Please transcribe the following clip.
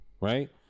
Right